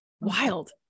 Wild